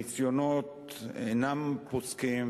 הניסיונות אינם פוסקים,